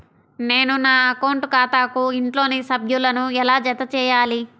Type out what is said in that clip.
నేను నా అకౌంట్ ఖాతాకు ఇంట్లోని సభ్యులను ఎలా జతచేయాలి?